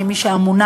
כמי שאמונה,